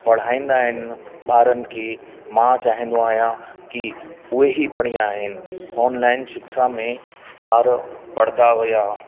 पढ़ाईंदा आहिनि ॿारनि के मां चाहींदो आहियां की उहे ई बढ़िया आहिनि ऑनलाइन शिक्षा में ॿार पढ़ंदा हुआ